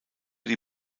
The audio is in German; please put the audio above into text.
die